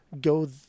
go